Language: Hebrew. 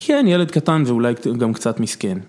כן, ילד קטן ואולי גם קצת מסכן.